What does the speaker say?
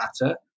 matter